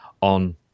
on